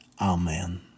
Amen